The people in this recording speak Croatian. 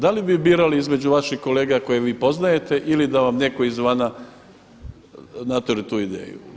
Da li bi birali između vaših kolega koje vi poznajete ili da vam netko izvana naturi tu ideju?